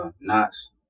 Knox